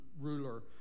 ruler